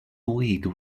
wig